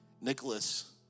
Nicholas